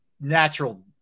natural